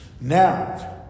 Now